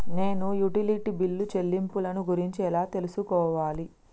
నేను utility bill చెల్లింపులను గురించి ఎలా తెలుసుకోవాలి?